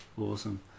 Awesome